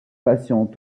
patiente